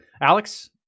Alex